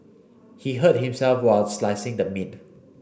he hurt himself while slicing the meat